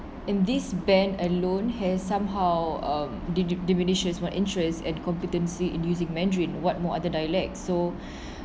and this ban alone has somehow um dig~ diminishes my interest and competency in using mandarin what more other dialects so